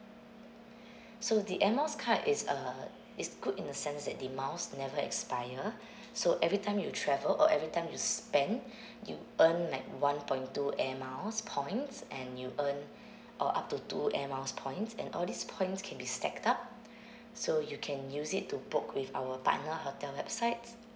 so the air miles card it's uh it's good in the sense that the miles never expire so every time you travel or every time you spend you earn like one point two air miles points and you earn uh up to two air miles points and all these points can be stacked up so you can use it to book with our partner hotel websites